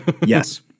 Yes